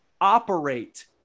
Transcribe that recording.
operate